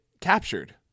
captured